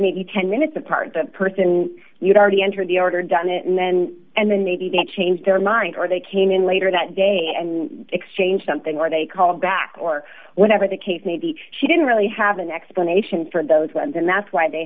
maybe ten minutes apart the person you've already entered the order done it and then and then maybe they changed their mind or they came in later that day and exchanged something or they call back or whatever the case maybe she didn't really have an explanation for those when and that's why they